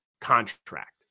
contract